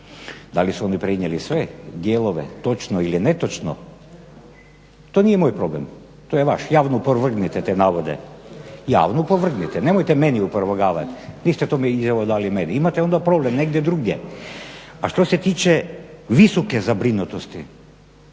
Da li su oni prenijeli sve dijelove točno ili netočno to nije moj problem, to je vaš. Javno opovrgnite te navode. Nemojte meni opovrgavati niste tu izjavu dali meni, imate onda problem negdje drugdje. A što se tiče visoke zabrinutosti